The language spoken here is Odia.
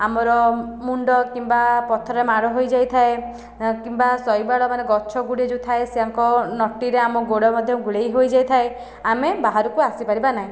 ଆମର ମୁଣ୍ଡ କିମ୍ବା ପଥରରେ ମାଡ଼ ହୋଇଯାଇଥାଏ କିମ୍ବା ଶୈବାଳ ମାନେ ଗଛ ଗୁଡ଼େ ଯେଉଁ ଥାଏ ସେଙ୍କ ନଟିରେ ଆମ ଗୋଡ଼ ମଧ୍ୟ ଗୁଡ଼େଇ ହୋଇଯାଇଥାଏ ଆମେ ବାହାରକୁ ଆସିପାରିବା ନାହିଁ